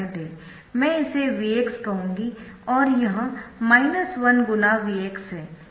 मैं इसे Vx कहूंगी और यह 1×Vx है